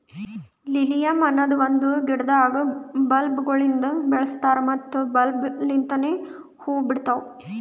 lilium ಅನದ್ ಒಂದು ಗಿಡದಾಗ್ ಬಲ್ಬ್ ಗೊಳಿಂದ್ ಬೆಳಸ್ತಾರ್ ಮತ್ತ ಬಲ್ಬ್ ಲಿಂತನೆ ಹೂವು ಬಿಡ್ತಾವ್